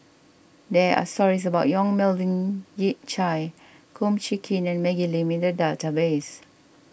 there are stories about Yong Melvin Yik Chye Kum Chee Kin and Maggie Lim in the database